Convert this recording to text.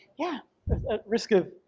yeah. at risk of,